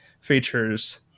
features